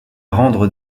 rendre